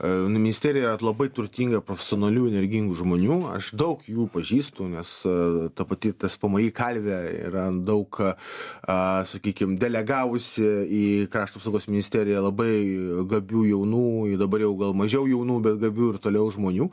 a ministerija labai turtinga profesionalių energingų žmonių aš daug jų pažįstu mes a ta pati tspmi karvė yra daug a a sakykim delegavusi į krašto apsaugos ministeriją labai gabių jaunų jau dabar jau gal mažiau jaunų bet gabių ir toliau žmonių